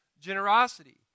generosity